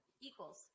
Equals